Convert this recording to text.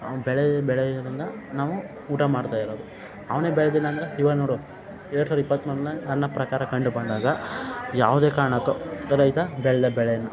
ಬೆಳೆ ಬೆಳೆಯೋದನ್ನು ನಾವು ಊಟ ಮಾಡ್ತಾ ಇರೋದು ಅವನೇ ಬೆಳೆದಿಲ್ಲ ಅಂದ್ರೆ ಇವಾಗ ನೋಡು ಎರಡು ಸಾವಿರದ ಇಪ್ಪತ್ತೊಂದನೆ ನನ್ನ ಪ್ರಕಾರ ಕಂಡು ಬಂದಾಗ ಯಾವುದೇ ಕಾರಣಕ್ಕೂ ರೈತ ಬೆಳೆದ ಬೆಳೆನಾ